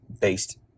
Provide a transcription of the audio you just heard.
based